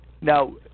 now